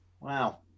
Wow